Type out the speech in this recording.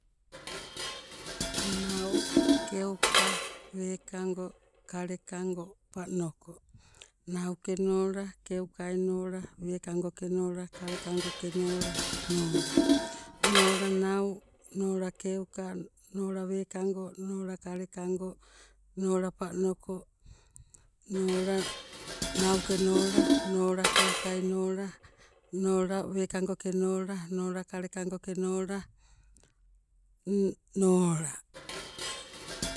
Nau, keuka, wekango, kale kango, panoko, nau kenola, keukai nola, wekangoke nola, kale kangoke nola, nola, nola nau, nola keuka, nola wekango, nola kale kango, nola panoko, nola nauke nola, nola keukai nola, nola wekangoke nola, nola kale kangoke nola, nola.